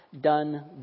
done